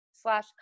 slash